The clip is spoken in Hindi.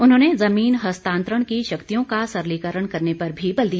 उन्होंने ज़मीन हस्तांतरण की शक्तियों का सरलीकरण करने पर भी बल दिया